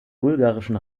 bulgarischen